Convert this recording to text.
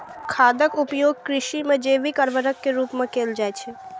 खादक उपयोग कृषि मे जैविक उर्वरक के रूप मे कैल जाइ छै